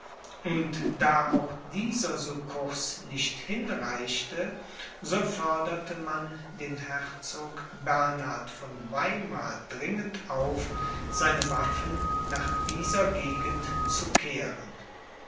und da auch dieser succurs nicht hinreichte so forderte man den herzog bernhard von weimar dringend auf seine waffen nach dieser gegend zu kehren